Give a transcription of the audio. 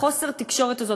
חוסר התקשורת הזה,